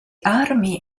armi